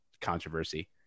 controversy